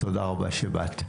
תודה רבה שבאת.